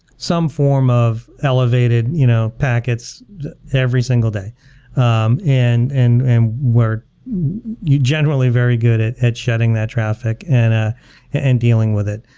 some form of elevated you know packets every single day um and and and we're yeah generally very good at at shutting the traffic and ah and dealing with it.